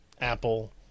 Apple